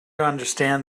understand